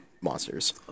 monsters